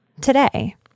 today